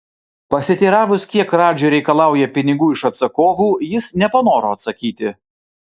pasiteiravus kiek radži reikalauja pinigų iš atsakovų jis nepanoro atsakyti